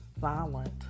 violent